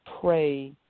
pray